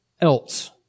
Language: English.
else